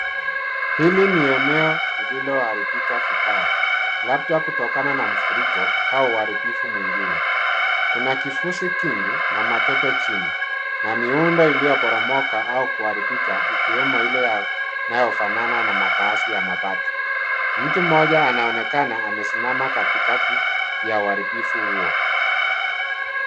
Hili ni eneo lililoharibika vibaya labda kutokana na mafuriko au uharibifu mwingine kuna kifuzi kingi na matope chini na miundo iliyoporomoka au kuharibika ikiwemo ile inayofanana na makaazi ya mabati. Mtu mmoja anaonekana amesimama katikati ya uharibifu huo.